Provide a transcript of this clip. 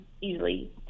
easily